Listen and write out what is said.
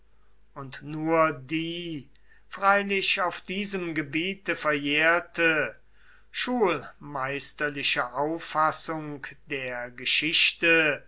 und nur die freilich auf diesem gebiete verjährte schulmeisterliche auffassung der geschichte